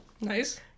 Nice